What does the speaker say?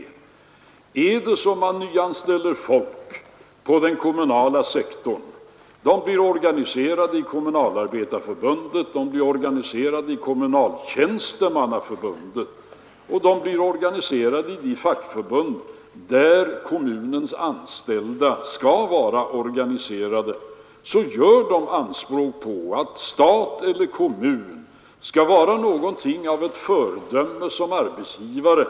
Människor som nyanställs inom den kommunala sektorn och organiseras i Kommunalarbetareförbundet, i Kommunaltjänstemannaförbundet eller i de fackliga förbund där kommunens anställda skall vara organiserade har anspråk på att stat och kommun skall vara någonting av ett föredöme såsom arbetsgivare.